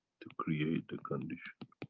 to create the condition.